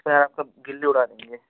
आपका गिल्ली उड़ा देंगे